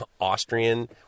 Austrian